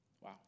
Wow